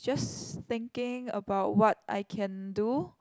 just thinking about what I can do